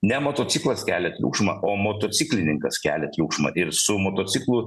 ne motociklas kelia triukšmą o motociklininkas kelia triukšmą ir su motociklu